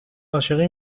عاشقی